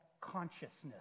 consciousness